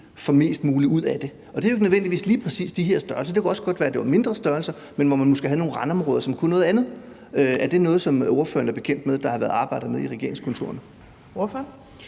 får mest muligt ud af det, og det behøver nødvendigvis ikke at være lige præcis de her størrelser, det kunne også godt være, at det var mindre størrelser, hvor man måske havde nogle randområder, som kunne noget andet. Er ordføreren bekendt med, om det er noget, der har været arbejdet med i regeringskontorerne?